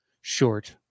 short